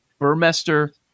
Burmester